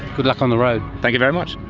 good luck on the road. thank you very much.